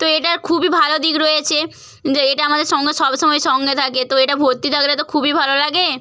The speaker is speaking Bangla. তো এটার খুবই ভালো দিক রয়েছে যে এটা আমাদের সঙ্গে সবসময় সঙ্গে থাকে তো এটা ভর্তি থাকলে তো খুবই ভালো লাগে